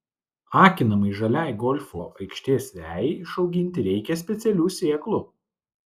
akinamai žaliai golfo aikštės vejai išauginti reikia specialių sėklų